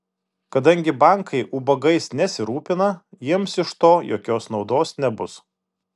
kadangi bankai ubagais nesirūpina jiems iš to jokios naudos nebus